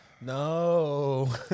No